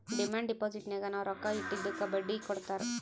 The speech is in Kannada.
ಡಿಮಾಂಡ್ ಡಿಪೋಸಿಟ್ನಾಗ್ ನಾವ್ ರೊಕ್ಕಾ ಇಟ್ಟಿದ್ದುಕ್ ಬಡ್ಡಿ ಹಾಕಿ ಕೊಡ್ತಾರ್